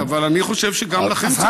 אבל אני חושב שגם לכם צריכה להיות,